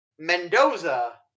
Mendoza